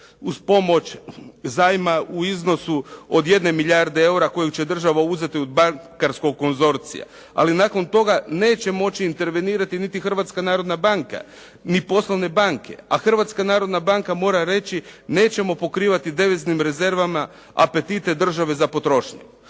uz pomoć zajma u iznosu od 1 milijarde eura koju će država uzeti od bankarskog konzorcija ali nakon toga neće moći intervenirati niti Hrvatska narodna banka ni poslovne banke a Hrvatska narodna banka mora reći nećemo pokrivati deviznim rezervama apetite države za potrošnju.